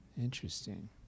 Interesting